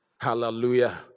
Hallelujah